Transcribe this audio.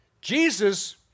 Jesus